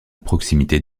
proximité